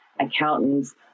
accountants